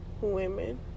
women